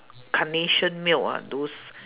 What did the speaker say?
carnation milk ah those